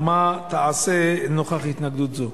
ומה תעשה נוכח התנגדות זו?